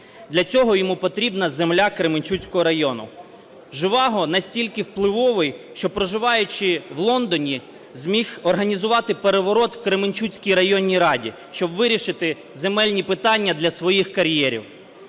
для цього йому потрібна земля Кременчуцького району. Жеваго настільки впливовий, що, проживаючи в Лондоні, зміг організувати переворот в Кременчуцькій районній раді, щоб вирішити земельні питання для своїх кар'єрів.